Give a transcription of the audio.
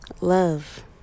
love